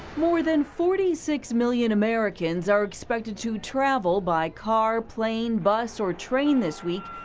more than forty six million americans are expected to travel by car, plane, bus, or train this week.